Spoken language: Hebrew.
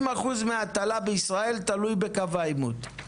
70% מההטלה בישראל תלוי בקו העימות.